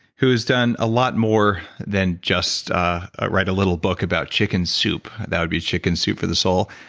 who's done a lot more than just ah ah write a little book about chicken soup, that would be chicken soup for the soul.